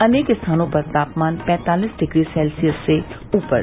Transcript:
अनेक स्थानों पर तापमान पैंतालिस डिग्री सेल्सियस से ऊपर